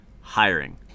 hiring